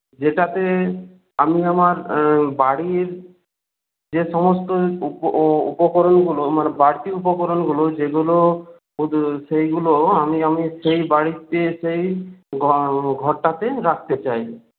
যেটাতে আমি আমার বাড়ির যে সমস্ত উপকরণগুলো আমার বাড়তি উপকরণগুলো যেগুলো সেইগুলো আমি আমি সেই বাড়িতে সেই ঘরটাতে রাখতে চাই